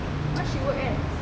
what she work as